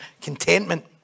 contentment